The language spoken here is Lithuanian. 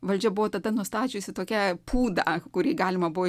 valdžia buvo tada nustačiusi tokia pūdą kurį galima buvo